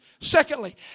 Secondly